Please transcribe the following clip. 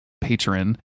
patron